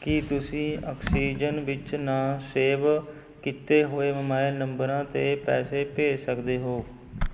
ਕੀ ਤੁਸੀਂਂ ਅਕਸੀਜਨ ਵਿੱਚ ਨਾ ਸੇਵ ਕੀਤੇ ਹੋਏ ਮੋਬੈਲ ਨੰਬਰਾਂ 'ਤੇ ਪੈਸੇ ਭੇਜ ਸਕਦੇ ਹੋ